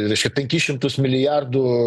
reiškia penkis šimtus milijardų